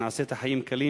נעשה את החיים קלים